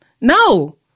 No